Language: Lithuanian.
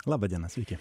laba diena sveiki